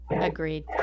agreed